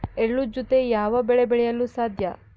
ಎಳ್ಳು ಜೂತೆ ಯಾವ ಬೆಳೆ ಬೆಳೆಯಲು ಸಾಧ್ಯ?